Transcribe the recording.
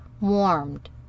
warmed